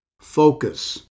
Focus